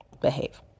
behave